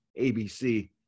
ABC